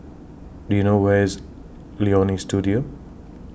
Do YOU know Where IS Leonie Studio